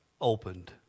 opened